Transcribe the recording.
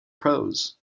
prose